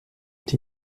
die